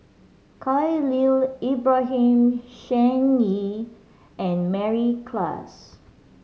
Khalil Ibrahim Shen Yi and Mary Klass